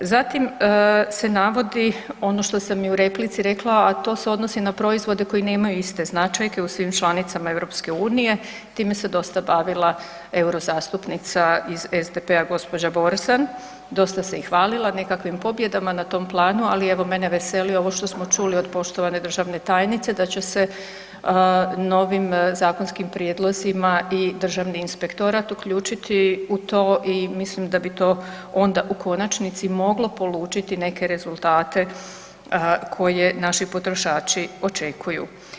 Zatim se navodi i ono što sam u replici rekla, a to se odnosi na proizvode koji nemaju iste značajke u svim članicama EU, time se dosta bavila eurozastupnica iz SDP-a gospođa Borzan, dosta se i hvalila nekakvim pobjedama na tom planu, ali evo mene veseli ovo što smo čuli od poštovane državne tajnice da će se novim zakonskim prijedlozima i Državni inspektorat uključiti u to i mislim da bi to onda u konačnici moglo polučiti neke rezultate koje naši potrošači očekuju.